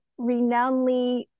renownedly